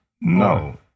No